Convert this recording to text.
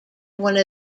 one